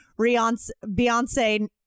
Beyonce